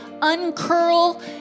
uncurl